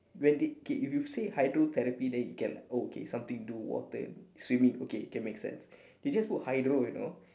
well they okay if you say hydrotherapy then you get like oh okay something to do with water swimming okay can makes sense they just put hydro you know